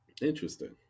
interesting